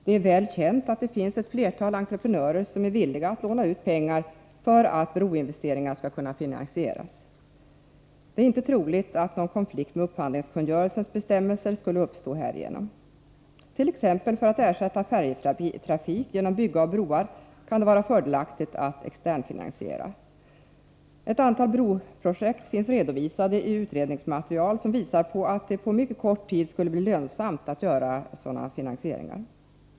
Det är väl känt att det finns ett flertal entreprenörer som är villiga att låna ut pengar för att broinvesteringar skall kunna finansieras. Det är inte troligt att någon konflikt med upphandlingskungörelsens bestämmelser skulle uppstå härigenom. T.ex. för att ersätta färjetrafik genom bygge av broar kan det vara fördelaktigt att externfinansiera. Ett antal broprojekt finns redovisade i utredningsmaterial som visar på att det på mycket kort tid skulle bli lönsamt att göra sådana finansieringar.